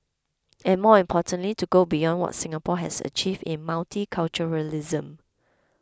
and more importantly to go beyond what Singapore has achieved in multiculturalism